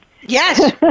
Yes